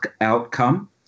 outcome